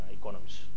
economies